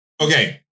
Okay